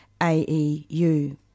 AEU